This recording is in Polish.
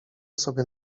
sobie